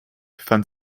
fand